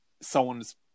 someone's